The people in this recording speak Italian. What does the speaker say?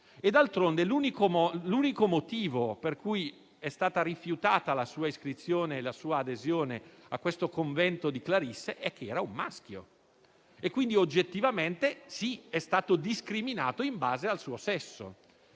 d'altronde l'unico motivo per cui sono state rifiutate la sua iscrizione e la sua adesione a questo convento di clarisse è che era un maschio; quindi oggettivamente è stato discriminato in base al suo sesso.